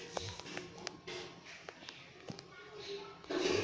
मेरा परिवार ईंधन के लिए लकड़ी पर निर्भर है